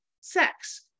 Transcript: sex